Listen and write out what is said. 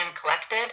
collected